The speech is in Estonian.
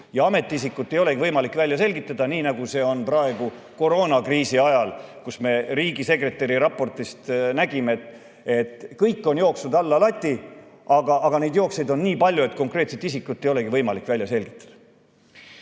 ametiisikut ei olegi võimalik välja selgitada, nii nagu see on praegu koroonakriisi ajal. Nagu me riigisekretäri raportist nägime, kõik on jooksnud lati alt läbi, aga neid jooksjaid on nii palju, et konkreetset isikut ei olegi võimalik välja selgitada.